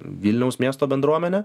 vilniaus miesto bendruomenė